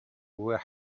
were